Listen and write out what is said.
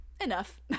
enough